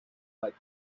like